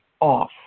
off